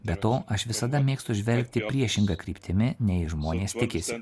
be to aš visada mėgstu žvelgti priešinga kryptimi nei žmonės tikisi